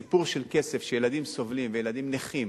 הסיפור של כסף, כשילדים סובלים וילדים נכים